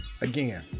again